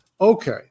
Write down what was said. Okay